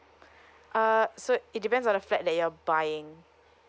uh so it depends on the flat that you're buying